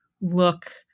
look